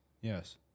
Yes